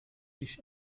ich